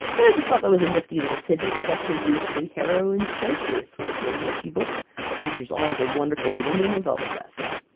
but i just thought that was a nifty little tidbit. it was actually used for the heroine showcase which is a nifty book that features all the wonderful women of elfquest!